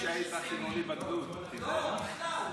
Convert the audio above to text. ולמען היכולת שלנו כעם להתעלות מעל על כל הפילוגים ולאחד את